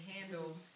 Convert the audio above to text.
handle